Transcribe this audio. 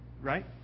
Right